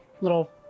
little